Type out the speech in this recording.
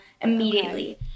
immediately